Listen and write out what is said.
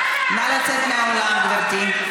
נא לצאת מהאולם, גברתי.